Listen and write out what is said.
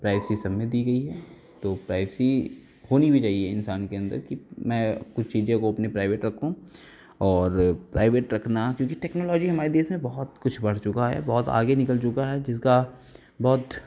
privacy सब में दी गई है तो प्राइवेसी होनी भी चाहिए इंसान के अंदर कि मैं कुछ चीज़ों को अपनी प्राइवेट रखूँ और प्राइवेट रखना क्योंकि टेक्नोलॉजी हमारे देश में बहुत कुछ बढ़ चुका है बहुत आगे निकल चुका है जिसका बहुत